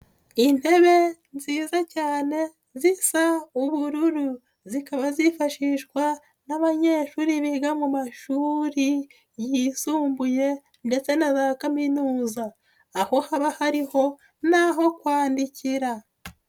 Intebe nziza cyane zisa ubururu. Zikaba zifashishwa n'abanyeshuri biga mu mashuri yisumbuye ndetse na za Kaminuza. Aho haba hari n'aho kwandikira.